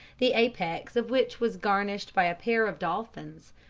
the apex of which was garnished by a pair of dolphins,